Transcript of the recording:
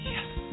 Yes